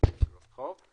ו-50% אגרות חוב.